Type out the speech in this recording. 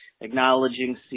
acknowledging